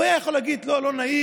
הוא היה יכול להגיד: לא נעים,